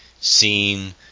seen